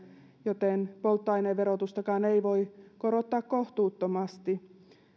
joten polttoaineen verotustakaan ei voi korottaa kohtuuttomasti